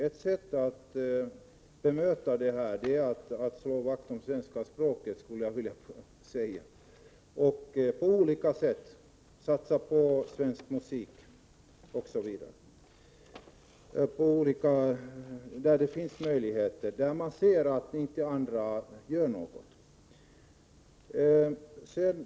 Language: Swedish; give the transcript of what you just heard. Ett sätt att motverka den är att på olika sätt slå vakt om svenska språket, satsa på svensk musik osv., där det finns möjligheter och där man ser att inte andra gör något.